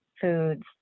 foods